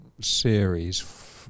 series